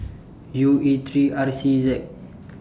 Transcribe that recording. U E three R C Z